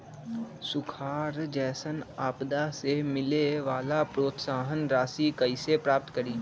सुखार जैसन आपदा से मिले वाला प्रोत्साहन राशि कईसे प्राप्त करी?